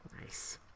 Nice